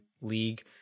league